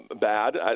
bad